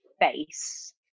face